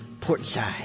Portside